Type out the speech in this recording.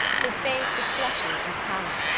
his face was fleshy and pallid,